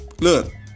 look